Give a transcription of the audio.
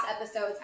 episodes